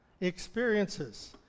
experiences